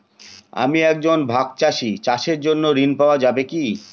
আমি একজন ভাগ চাষি চাষের জন্য ঋণ পাওয়া যাবে কি?